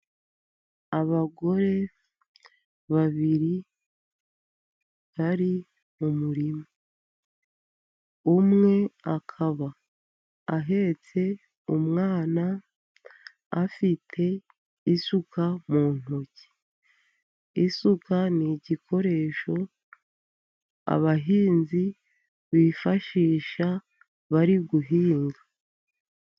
Abagore babiri bari mu murima, umwe akaba ahetse umwana, afite isuka mu ntoki. Isuka ni igikoresho abahinzi bifashisha bari guhinga.